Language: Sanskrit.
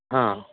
आम्